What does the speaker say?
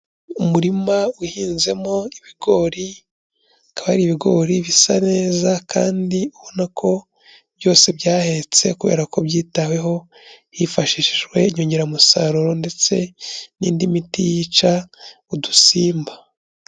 Umurima uhinzemo ibigori akaba ari ibigori bisa neza kandi ubona ko byose byahetse kubera ko byitaweho hifashishijwe inyongeramusaruro ndetse n'indi miti yica udusimba.